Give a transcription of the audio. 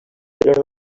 però